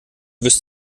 wisst